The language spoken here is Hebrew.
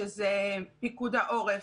שזה פיקוד העורף,